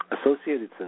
Associated